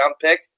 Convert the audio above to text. pick